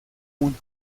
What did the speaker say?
mundo